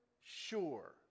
sure